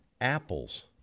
Apples